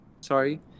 sorry